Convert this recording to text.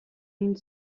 une